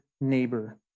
neighbor